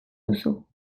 duzu